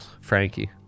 Frankie